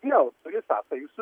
vėl turi sąsajų su